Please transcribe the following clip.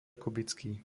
kubický